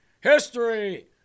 History